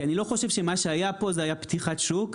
כי אני לא חושב שמה שהיה פה זה היה פתיחת שוק.